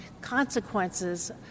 consequences